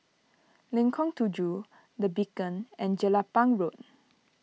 Lengkong Tujuh the Beacon and Jelapang Road